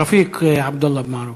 רפיק, עבדאללה אבו מערוף.